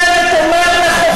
(חבר הכנסת בצלאל סמוטריץ יוצא מאולם המליאה.)